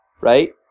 right